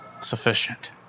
sufficient